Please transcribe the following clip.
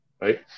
right